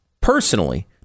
personally